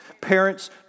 Parents